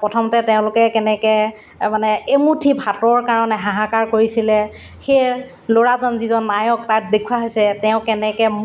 প্ৰথমতে তেওঁলোকে কেনেকৈ মানে এমুঠি ভাতৰ কাৰণে হাহাকাৰ কৰিছিলে সেই ল'ৰাজন যিজন নায়ক তাত দেখুওৱা হৈছে তেওঁ কেনেকৈ